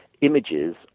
images